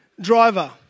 driver